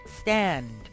stand